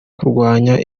kurwanya